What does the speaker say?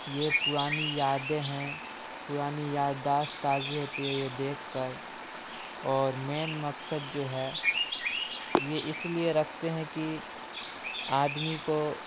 یہ پرانی یادیں ہیں پرانی یادداشت تازی ہوتی ہے یہ دیکھ کر اور مین مقصد جو ہے یہ اس لیے رکھتے ہیں کہ آدمی کو